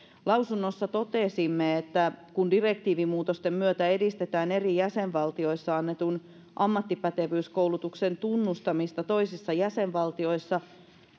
lausunnossa totesimme että kun direktiivimuutosten myötä edistetään eri jäsenvaltioissa annetun ammattipätevyyskoulutuksen tunnustamista toisissa jäsenvaltioissa